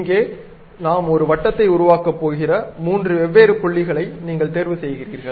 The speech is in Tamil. இங்கே நாம் ஒரு வட்டத்தை உருவாக்கப் போகிற மூன்று வெவ்வேறு புள்ளிகளை நீங்கள் தேர்வு செய்கிறீர்கள்